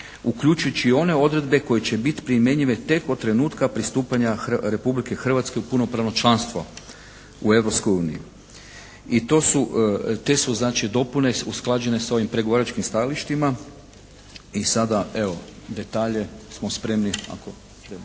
uključujući i one odredbe koje će bit primjenjive tek od trenutka pristupanja Republike Hrvatske u punopravno članstvo u Europskoj uniji. I te su znači dopune usklađene s ovim pregovaračkim stajalištima i sada evo, detalje smo spremni ako želite